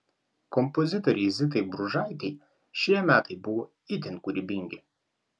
kompozitorei zitai bružaitei šie metai buvo itin kūrybingi